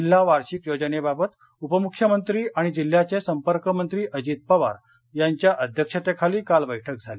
जिल्हा वार्षिक योजनेबाबत उपमुख्यमंत्री आणि जिल्ह्याचे संपर्कमंत्री अजित पवार यांच्या अध्यक्षतेखाली काल बैठक झाली